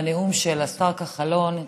בנאום של השר כחלון,